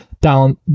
down